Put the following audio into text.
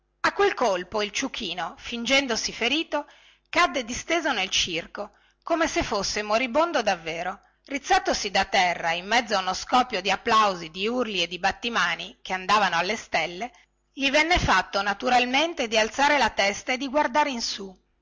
a quel colpo il ciuchino fingendosi ferito cadde disteso nel circo come se fosse moribondo davvero rizzatosi da terra in mezzo a uno scoppio di applausi durli e di battimani che andavano alle stelle gli venne naturalmente di alzare la testa e di guardare in su